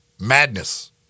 Madness